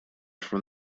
from